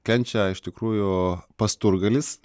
kenčia iš tikrųjų pasturgalis